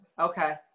Okay